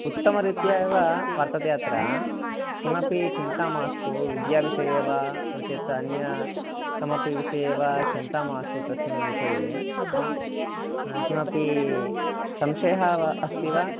उत्तमरीत्या एव वर्तते अत्र किमपि चिन्ता मास्तु विद्याविषये वा नो चेत् अन्य कमपि विषये वा चिन्ता मास्तु तस्मिन् विषये किमपि संशयः वा अस्ति वा